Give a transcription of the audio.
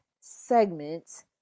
segments